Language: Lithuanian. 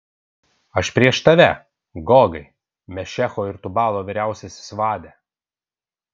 aš prieš tave gogai mešecho ir tubalo vyriausiasis vade